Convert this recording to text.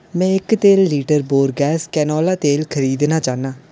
में इक तेल लीटर बोर्गैस कैनोला तेल खरीदना चाह्न्नां